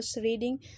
reading